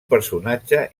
personatge